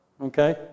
Okay